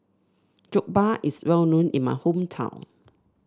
Jokbal is well known in my hometown